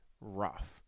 rough